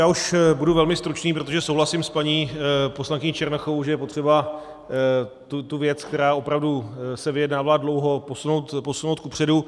Já už budu velmi stručný, protože souhlasím s paní poslankyní Černochovou, že je potřeba tu věc, která se opravdu vyjednávala dlouho, posunout kupředu.